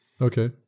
Okay